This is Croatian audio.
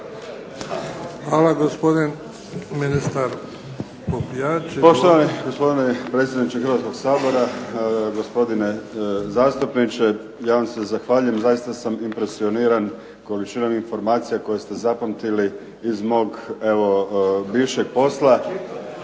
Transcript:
Hvala. Gospodin ministar Tomislav